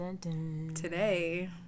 today